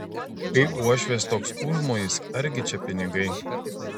kai uošvės toks užmojis argi čia pinigai